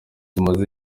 tumaze